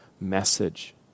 message